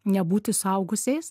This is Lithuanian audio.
nebūti suaugusiais